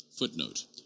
Footnote